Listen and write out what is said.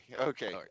okay